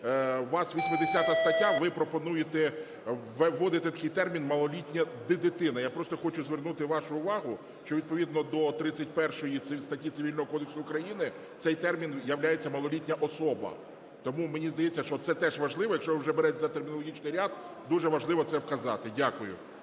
У вас 80 стаття, ви пропонуєте, вводите такий термін "малолітня дитина". Я просто хочу звернути вашу увагу, що відповідно до 31 статті Цивільного кодексу України цей термін являється "малолітня особа". Тому мені здається, що це теж важливо, якщо ви вже беретесь за термінологічний ряд, дуже важливо це вказати. Дякую.